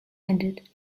ended